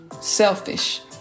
selfish